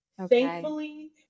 Thankfully